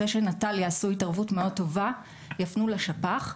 אחרי שנט"ל יעשו התערבות טובה מאוד יפנו לשפ"ח.